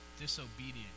disobedient